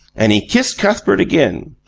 and he kissed cuthbert again.